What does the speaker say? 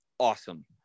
Awesome